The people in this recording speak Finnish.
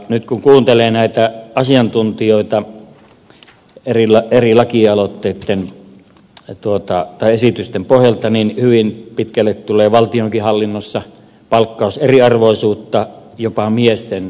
nyt kun kuuntelee näitä asiantuntijoita eri lakialoitteitten tai esitysten pohjalta niin hyvin pitkälle tulee valtionhallinnossakin palkkauseriarvoisuutta jopa miesten kesken